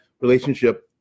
relationship